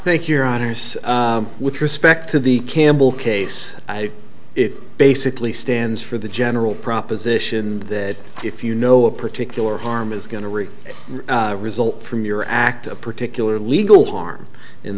thank your honour's with respect to the campbell case i did it basically stands for the general proposition that if you know a particular harm is going to reach a result from your act a particular legal harm in